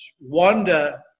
wonder